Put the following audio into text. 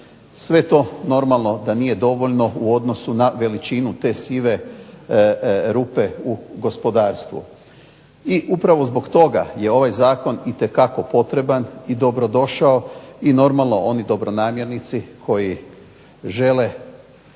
Sve to normalno da nije dovoljno u odnosu na veličinu te sive rupe u gospodarstvu. I upravo zbog toga je ovaj zakon itekako potreban i dobrodošao i normalno oni dobronamjernici koji žele